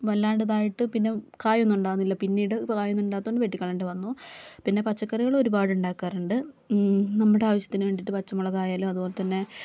വല്ലാണ്ട് ഇതായിട്ട് പിന്നെ കായൊന്നും ഉണ്ടാകുന്നില്ല പിന്നീട് കായോന്നും ഇല്ലാത്തതു കൊണ്ട് വെട്ടി കളയേണ്ടി വന്നു പിന്നെ പച്ചക്കറികൾ ഒരുപാട് ഉണ്ടാക്കാറുണ്ട് നമ്മുടെ ആവശ്യത്തിന് വേണ്ടിയിട്ട് പച്ചമുളകായാലും അതുപോലെ തന്നെ